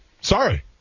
Sorry